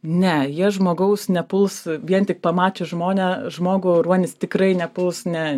ne jie žmogaus nepuls vien tik pamačius žmone žmogų ruonis tikrai nepuls ne